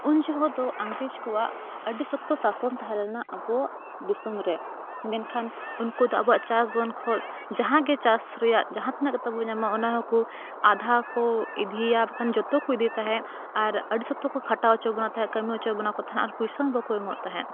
ᱩᱱ ᱡᱚᱦᱚᱜ ᱫᱚ ᱤᱝᱨᱮᱡᱽ ᱠᱚᱣᱟᱜ ᱟᱹᱰᱤ ᱥᱚᱠᱛᱚ ᱥᱟᱥᱚᱱ ᱛᱟᱦᱮᱸ ᱞᱮᱱᱟ ᱟᱵᱚᱣᱟᱜ ᱫᱤᱥᱚᱢ ᱨᱮ ᱢᱮᱱᱠᱷᱟᱱ ᱩᱱᱠᱩ ᱫᱚ ᱟᱵᱚᱣᱟᱜ ᱪᱟᱥ ᱵᱚᱱ ᱠᱷᱚᱡ ᱡᱟᱦᱟᱸ ᱜᱮ ᱪᱟᱥ ᱨᱮᱭᱟᱜ ᱡᱟᱦᱟᱸ ᱛᱤᱱᱟᱹᱜ ᱠᱟᱛᱮᱫ ᱵᱚᱱ ᱧᱟᱢᱟ ᱚᱱᱟ ᱦᱚᱸᱠᱚ ᱟᱫᱷᱟ ᱠᱚ ᱤᱫᱤᱭᱟ ᱵᱟᱠᱷᱟᱱ ᱡᱚᱛᱚ ᱠᱚ ᱤᱫᱤ ᱛᱟᱦᱮᱸᱫ ᱟᱨ ᱟᱹᱰᱤ ᱥᱚᱠᱛᱚ ᱠᱚ ᱠᱷᱟᱴᱟᱣ ᱦᱚᱪᱚ ᱵᱚᱱᱟ ᱛᱟᱦᱮᱸᱫ ᱠᱟᱹᱢᱤ ᱦᱚᱪᱚ ᱵᱚᱱᱟ ᱠᱚ ᱛᱟᱦᱮᱸᱫ ᱟᱨ ᱯᱩᱭᱥᱟᱹ ᱦᱚᱸ ᱵᱟᱠᱚ ᱮᱢᱚᱜ ᱛᱟᱦᱮᱸᱫ